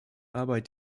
arbeit